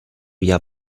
via